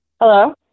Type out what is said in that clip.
Hello